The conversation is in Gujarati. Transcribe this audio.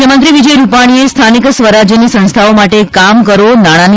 મુખ્યમંત્રી વિજય રૂપાણીએ સ્થાનિક સ્વરાજ્યની સંસ્થાઓ માટે કામ કરો નાણાની